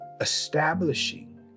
establishing